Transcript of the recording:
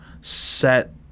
set